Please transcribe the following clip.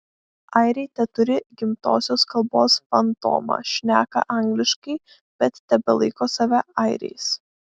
airiai teturi gimtosios kalbos fantomą šneka angliškai bet tebelaiko save airiais